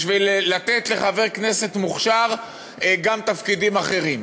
בשביל לתת לחבר כנסת מוכשר גם תפקידים אחרים.